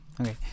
Okay